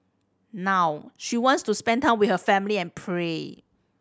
now she wants to spend time with her family and pray